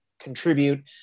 contribute